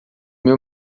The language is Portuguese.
meu